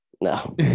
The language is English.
no